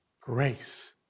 grace